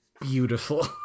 beautiful